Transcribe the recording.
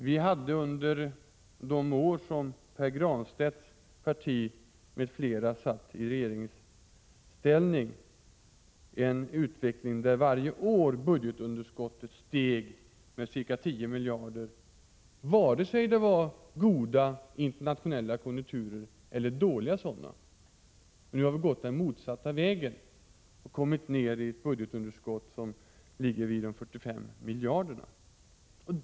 Vi hade under de år då Pär Granstedts parti m.fl. satt i regeringsställning en utveckling där budgetunderskottet varje år steg med ca 10 miljarder, vare sig de internationella konjunkturerna var goda eller dåliga. Nu har vi gått den motsatta vägen och kommit ned till ett budgetunderskott som ligger omkring 45 miljarder.